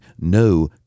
no